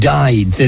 died